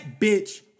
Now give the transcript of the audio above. bitch